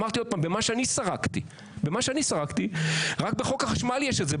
אמרתי, במה שאני סרקתי, רק בחוק החשמל יש את זה.